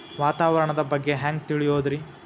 ವಾತಾವರಣದ ಬಗ್ಗೆ ಹ್ಯಾಂಗ್ ತಿಳಿಯೋದ್ರಿ?